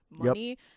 money